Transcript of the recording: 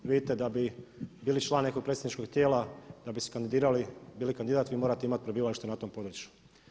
Vidite da bi bili član nekog predstavničkog tijela, da bi se kandidirali i bili kandidat vi morate imati prebivalište na tom području.